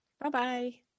bye-bye